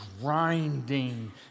grinding